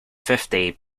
fifty